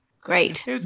great